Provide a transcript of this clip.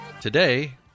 Today